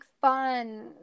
fun